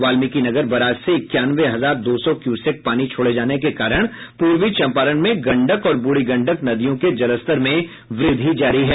वाल्मीकिनगर बराज से इक्यानवे हजार दो सौ क्यूसेक पानी छोड़े जाने के कारण पूर्वी चंपारण में गंडक और ब्रूढ़ी गंडक नदियों के जलस्तर में व्रद्धि जारी है